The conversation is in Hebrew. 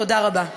תודה רבה.